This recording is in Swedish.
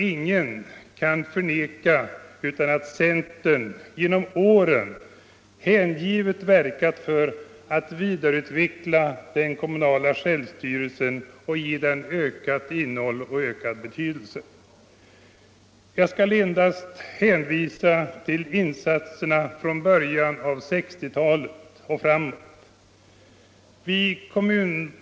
Ingen kan förneka att centern genom åren hängivet verkat för att vidareutveckla den kommunala självstyrelsen och ge den ökat innehåll och ökad betydelse. Jag skall endast hänvisa till insatserna från början av 1960-talet och framåt.